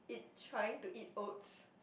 trying to eat oats